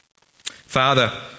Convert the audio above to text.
Father